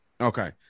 okay